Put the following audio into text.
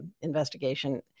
investigation